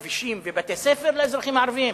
כבישים ובתי-ספר לאזרחים הערבים?